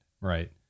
Right